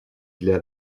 для